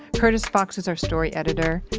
curtis fox is our story editor,